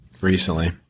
recently